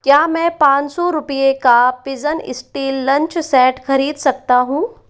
क्या मैं पाँच सौ रुपये का पिजन स्टील लंच सेट खरीद सकता हूँ